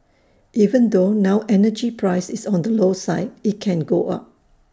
even though now energy price is on the low side IT can go up